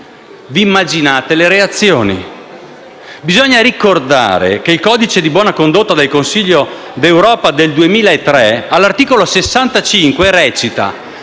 Vi immaginate le reazioni? Bisogna ricordare che il codice di buona condotta in materia elettorale del Consiglio d'Europa del 2003, all'articolo 65: recita